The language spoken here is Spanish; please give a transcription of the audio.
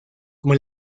como